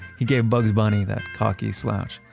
he gave bugs bunny, that cocky slash,